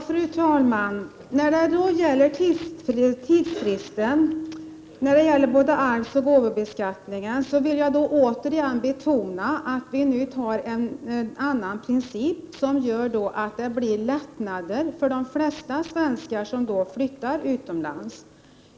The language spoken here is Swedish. Fru talman! När det gäller tidsfristen vid arvsoch gåvobeskattning vill jag återigen betona att när vi nu antar en annan princip, innebär det lättnader för de flesta svenskar som flyttar utomlands.